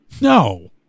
No